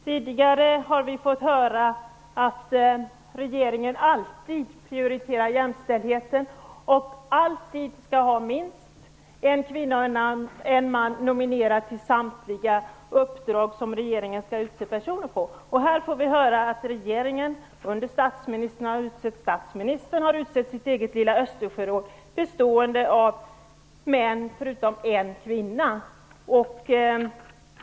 Tidigare har vi fått höra att regeringen alltid prioriterar jämställdheten och alltid skall ha minst en kvinna och en man nominerad till samtliga uppdrag som regeringen skall utse personer till. Här får vi höra att regeringen under statsministern har utsett sitt eget lilla Östersjöråd bestående av män förutom en kvinna.